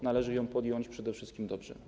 Należy ją podjąć przede wszystkim dobrze.